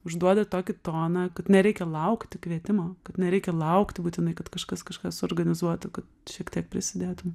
užduoda tokį toną kad nereikia laukti kvietimo kad nereikia laukti būtinai kad kažkas kažkas organizuotų kad šiek tiek prisidėtų